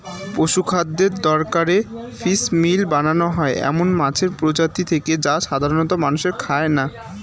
পশুখাদ্যের দরকারে ফিসমিল বানানো হয় এমন মাছের প্রজাতি থেকে যা সাধারনত মানুষে খায় না